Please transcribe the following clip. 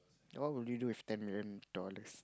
what would you do with ten million dollars